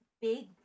Big